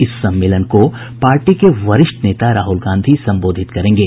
इस सम्मेलन को पार्टी के वरिष्ठ नेता राहुल गांधी संबोधित करेंगे